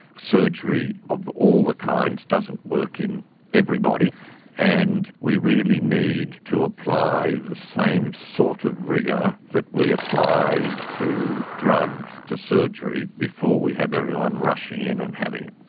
surgery of all the kinds doesn't work in everybody and we really need to apply the same sort of rigour that we apply to drugs to surgery before we have everyone rushing in and having it.